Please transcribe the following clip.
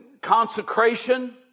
consecration